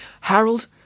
Harold